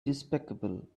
despicable